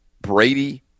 Brady